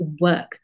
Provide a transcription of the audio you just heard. work